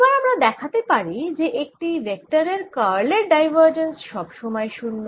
এবার আমরা দেখাতে পারি যে একটি ভেক্টরের কার্লের ডাইভার্জেন্স সব সময় 0